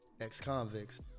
ex-convicts